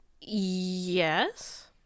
yes